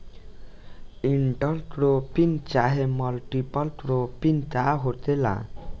Inter cropping चाहे multiple cropping का होखेला?